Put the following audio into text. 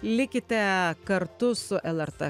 likite kartu su lrt